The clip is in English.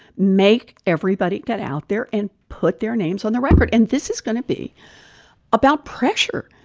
make everybody get out there and put their names on the record. and this is going to be about pressure.